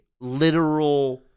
literal –